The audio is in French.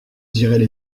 diraient